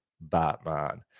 batman